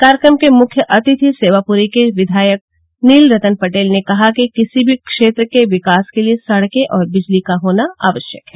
कार्यक्रम के मुख्य अतिथि सेवापूरी के विघायक नील रतन पटेल ने कहा कि किसी भी क्षेत्र के विकास के लिये सड़कें और बिजली का होना आवश्यक है